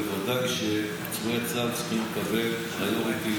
בוודאי שפצועי צה"ל צריכים לקבל priority,